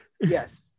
Yes